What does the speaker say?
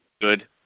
Good